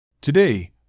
Today